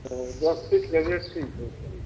ओ दस फिटके रेट की छै से